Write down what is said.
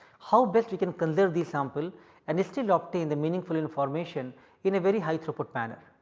how best we can conserve the sample and they still obtain the meaningful information in a very high throughput manner.